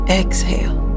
exhale